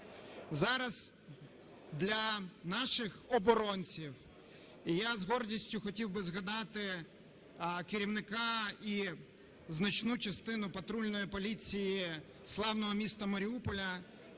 Зараз для наших оборонців, і я з гордістю хотів би згадати керівника і значну частину патрульної поліції славного міста Маріуполя,